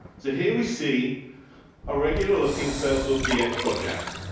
so here we see a regular looking sale source. dx projects.